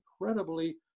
incredibly